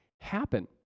happen